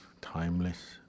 timeless